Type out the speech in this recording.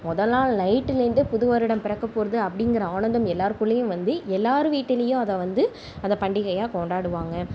முதநாள் நைட்லந்தே புது வருடம் பிறக்க போகிறது அப்படிங்குற ஆனந்தம் எல்லார்குள்ளேயும் வந்து எல்லார் வீட்டுலையும் அதை வந்து அதை பண்டிகையாக கொண்டாடுவாங்க